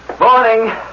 Morning